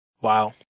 Wow